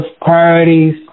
priorities